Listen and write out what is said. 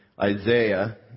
Isaiah